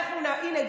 הינה,